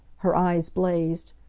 her eyes blazed,